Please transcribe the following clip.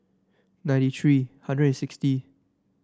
ninety three hundred and sixty